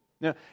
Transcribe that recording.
Now